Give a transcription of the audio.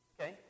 Okay